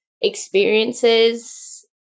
experiences